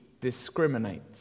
discriminate